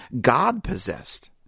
God-possessed